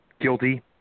Guilty